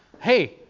hey